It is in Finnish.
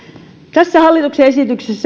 tässä hallituksen esityksessä